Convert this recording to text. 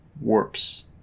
warps